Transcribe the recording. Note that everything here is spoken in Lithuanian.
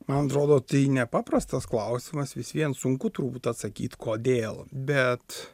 man atrodo tai ne paprastas klausimas vis vien sunku turbūt atsakyt kodėl bet